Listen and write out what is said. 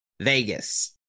Vegas